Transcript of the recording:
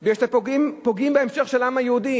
כי אתם פוגעים בהמשך של העם היהודי.